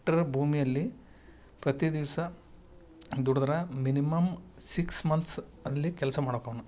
hectare ಭೂಮಿಯಲ್ಲಿ ಪ್ರತಿ ದಿವಸ ದುಡದರೆ ಮಿನಿಮಮ್ ಸಿಕ್ಸ್ ಮಂತ್ಸ್ ಅಲ್ಲಿ ಕೆಲಸ ಮಾಡ್ಬೇಕವ್ನು